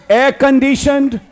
air-conditioned